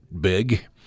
big